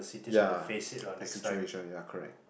yeah the situation yeah correct